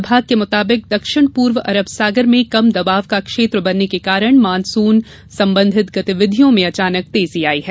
विभाग के मुताबिक दक्षिण पूर्व अरब सागर में कम दबाव का क्षेत्र बनने के कारण मानसून संबंधित गतिविधियों में अचानक तेज़ी आयी है